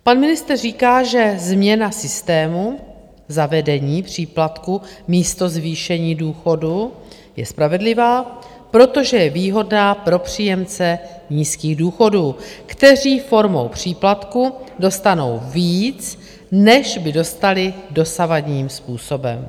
Pan ministr říká, že změna systému zavedení příplatku místo zvýšení důchodu je spravedlivá, protože je výhodná pro příjemce nízkých důchodů, kteří formou příplatku dostanou víc, než by dostali dosavadním způsobem.